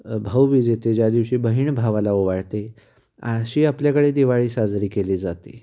भाऊबीज येते ज्या दिवशी बहीण भावाला ओवाळते अशी आपल्याकडे दिवाळी साजरी केली जाते